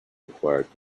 required